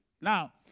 Now